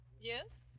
Yes